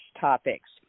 topics